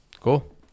Cool